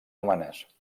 humanes